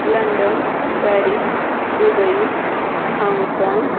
London Paris Dubai Hong Kong